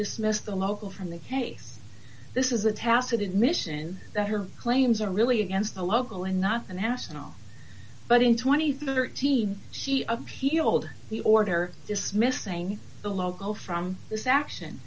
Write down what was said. dismiss the local from the case this is a tacit admission that her claims are really against the local and not the national but in two thousand and thirteen she appealed the order dismissing the local from this action